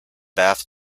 bath